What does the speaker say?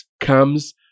comes